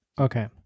Okay